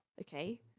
okay